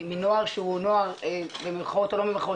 מנוער שהוא נוער במירכאות או לא במירכאות